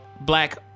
black